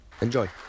Enjoy